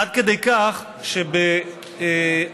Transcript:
עד כדי כך שאת הבחינה